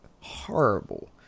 horrible